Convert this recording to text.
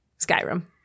Skyrim